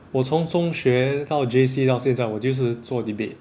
我从中学到 J_C 到现在我就一直做 debate